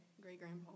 great-grandpa